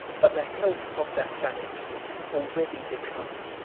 but the health of that valiant youth already declined,